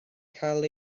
cael